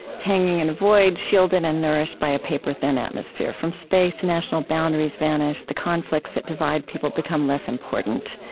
hanging in a void, shielded and nourished by a paper-thin atmosphere. from space, national boundaries vanish, the conflicts that divide people become less important,